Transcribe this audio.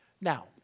Now